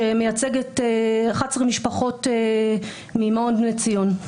שמייצג 11 משפחות ממעון בני ציון.